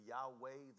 Yahweh